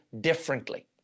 differently